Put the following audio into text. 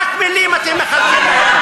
רק מילים אתם מחלקים להם.